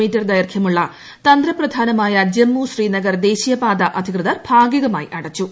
me ദൈർഘ്യമുള്ള തന്ത്രപ്രധാനമായ ജമ്മു ശ്രീനഗർ ദേശീയപാത അധികൃതർ ഭാഗികമായി അടച്ചു